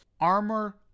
Armor